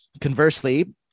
conversely